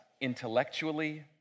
intellectually